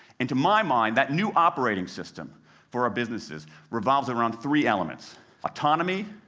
and to my mind, that new operating system for our businesses revolves around three elements autonomy,